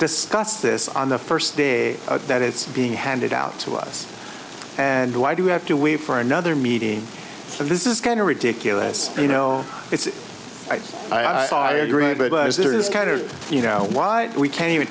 discuss this on the first day that it's being handed out to us and why do we have to wait for another meeting and this is kind of ridiculous you know it's like i thought it was there is kind of you know why we can't even